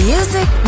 Music